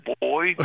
boy